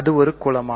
இது ஒரு குலமா